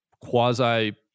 quasi